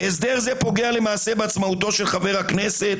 הסדר זה פוגע למעשה בעצמאותו של חבר הכנסת